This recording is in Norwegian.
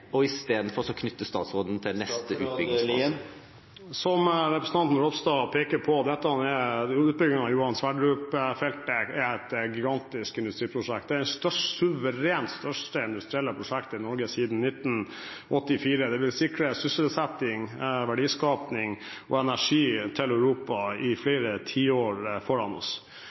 til neste utbyggingsfase. Som representanten Ropstad peker på: Utbyggingen av Johan Sverdrup-feltet er et gigantisk industriprosjekt. Det er det suverent største industrielle prosjektet i Norge siden 1984. Det vil sikre sysselsetting, verdiskaping og energi til Europa i